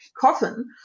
coffin